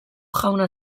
jauna